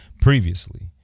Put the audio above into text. Previously